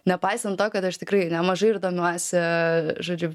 nepaisant to kad aš tikrai nemažai ir domiuosi žodžiu